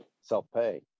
self-pay